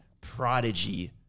prodigy